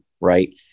right